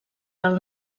del